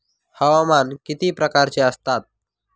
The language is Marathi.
हवामान किती प्रकारचे असतात?